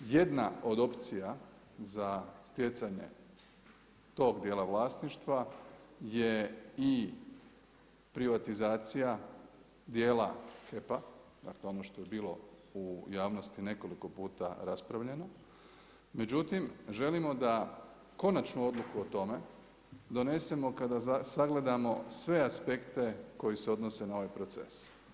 Jedna od opcija za stjecanje tog dijela vlasništva je i privatizacija dijela HEP-a, dakle ono što je bilo u javnosti nekoliko puta raspravljeno, međutim želimo da konačnu odluku o tome donesemo kada sagledamo sve aspekte koji se odnose na ovaj proces.